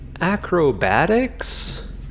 acrobatics